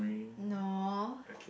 no